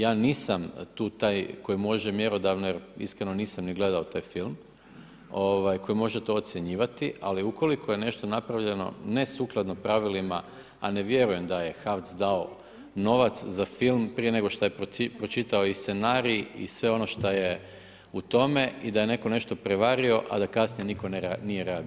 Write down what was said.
Ja nisam tu taj koji može mjerodavno jer iskreno nisam ni gledao taj film, koji može to ocjenjivati, ali ukoliko je nešto napravljeno ne sukladno pravilima a ne vjerujem da je HAVC dao novac za film prije nego što je pročitao i scenarij i sve ono šta je u tome i da je netko nešto prevario, a da kasnije nitko nije reagirao.